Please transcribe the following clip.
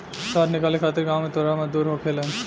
शहद निकाले खातिर गांव में तुरहा मजदूर होखेलेन